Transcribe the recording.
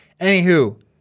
Anywho